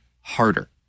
harder